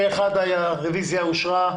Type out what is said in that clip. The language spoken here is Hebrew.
פה אחד, הרביזיה אושרה.